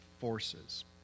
forces